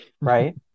right